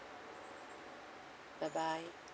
bye bye